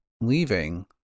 leaving